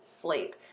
sleep